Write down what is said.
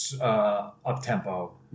up-tempo